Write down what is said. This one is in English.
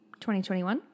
2021